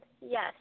yes